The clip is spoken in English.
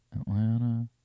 Atlanta